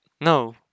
No